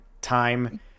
time